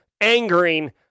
angering